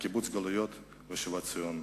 לקיבוץ גלויות ולשיבת ציון,